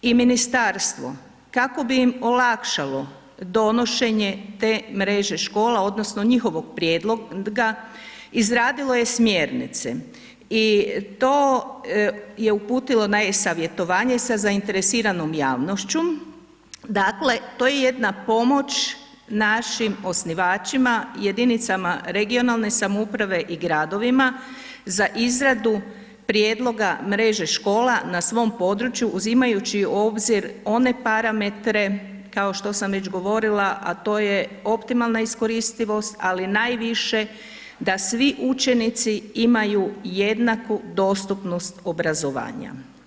I ministarstvo kako bi i im olakšalo donošenje te mreže škola odnosno njihovog prijedloga, izradilo je smjernice i to je uputilo na e-savjetovanje sa zainteresiranom javnošću, dakle to je jedna pomoć našim osnivača, jedinicama regionalne samouprave i gradovima za izradu prijedloga mreže škola na svom području uzimajući u obzir one parametre kao što sam već govorila a to je optimalna iskoristivost ali najviše da svi učenici imaju jednaku dostupnost obrazovanja.